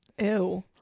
Ew